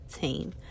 team